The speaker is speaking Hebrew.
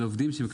על העובדים.